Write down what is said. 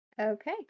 Okay